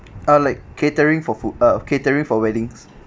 uh like catering for food uh catering for weddings